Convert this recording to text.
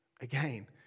Again